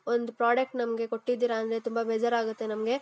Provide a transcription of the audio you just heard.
ಒಂದು ಪ್ರಾಡಕ್ಟ್ ನಮಗೆ ಕೊಟ್ಟಿದ್ದೀರ ಅಂದರೆ ತುಂಬ ಬೇಜಾರಾಗುತ್ತೆ ನಮಗೆ